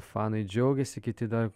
fanai džiaugiasi kiti dar